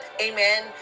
amen